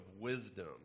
wisdom